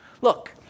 Look